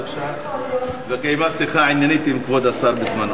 הוועדה קיימה בזמנו שיחה עניינית עם כבוד השר.